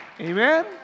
Amen